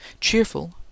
cheerful